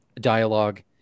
dialogue